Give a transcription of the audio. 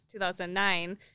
2009